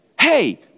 Hey